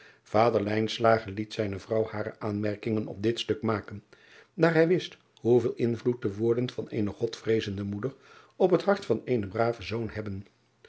ader liet zijne vrouw hare aanmerkingen op dit stuk maken daar bij wist hoeveel invloed de woorden van eene odvreezende moeder op het hart van eenen braven zoon hebben